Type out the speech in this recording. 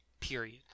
Period